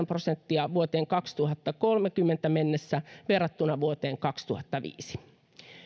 prosenttia vuoteen kaksituhattakolmekymmentä mennessä verrattuna vuoteen kaksituhattaviisi